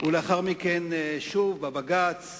ולאחר מכן, שוב בבג"ץ